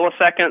milliseconds